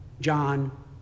John